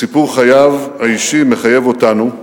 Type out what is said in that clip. סיפור חייו האישי מחייב אותנו,